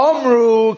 Omru